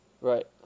Right